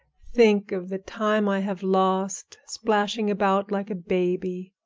think of the time i have lost splashing about like a baby!